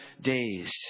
days